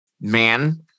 Man